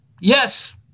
Yes